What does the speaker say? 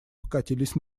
покатились